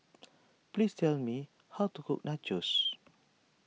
please tell me how to cook Nachos